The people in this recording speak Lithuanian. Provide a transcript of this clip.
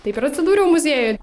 taip ir atsidūriau muziejuj